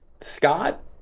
Scott